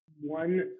One